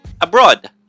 abroad